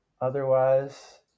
otherwise